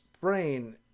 brain